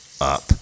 up